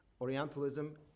Orientalism